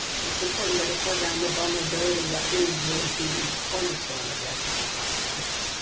it's an important way to foreground the vulnerability that is really the cornerstone of the artistic process,